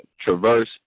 traverse